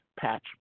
Patch